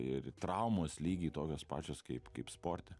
ir traumos lygiai tokios pačios kaip kaip sporte